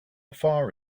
far